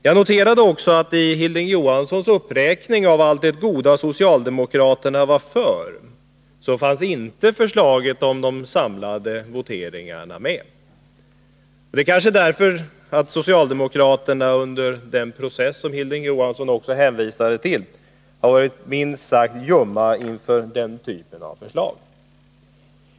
Jag noterade också att förslaget om de samlade voteringarna inte fanns med i Hilding Johanssons uppräkning av allt det goda socialdemokraterna förordar. Det är kanske därför att socialdemokraterna under den process som Hilding Johansson också hänvisade till har varit minst sagt ljumma inför den typen av förslag.